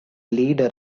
leader